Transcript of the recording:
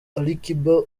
alikiba